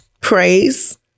praise